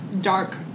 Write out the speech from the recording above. dark